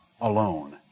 alone